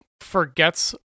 forgets